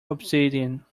obsidian